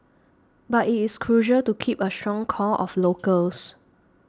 but it is crucial to keep a strong core of locals